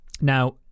Now